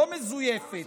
לא מזויפת,